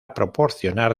proporcionar